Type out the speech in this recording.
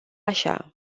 așa